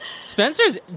Spencer's